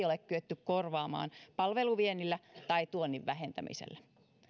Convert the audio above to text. ole kyetty korvaamaan palveluviennillä tai tuonnin vähentämisellä